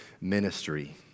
ministry